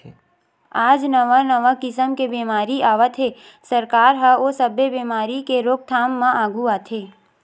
आज नवा नवा किसम के बेमारी आवत हे, सरकार ह ओ सब्बे बेमारी के रोकथाम म आघू आथे